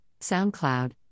SoundCloud